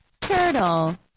Turtle